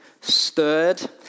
stirred